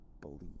believe